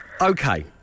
Okay